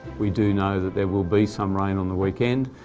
we do know that there will be some rain on the weekend,